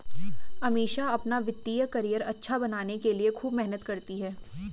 अमीषा अपना वित्तीय करियर अच्छा बनाने के लिए खूब मेहनत करती है